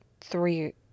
three